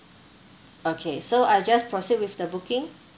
okay so I just proceed with the booking